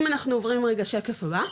בשקף הבא,